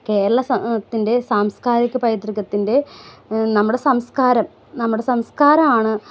കേരള ത്തിൻ്റെ സാംസ്കാരിക പൈതൃകത്തിൻ്റെ നമ്മുടെ സംസ്കാരം നമ്മുടെ സംസ്കാരാണ്